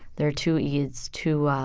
there are two yeah eids, two